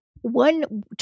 one